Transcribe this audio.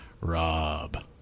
rob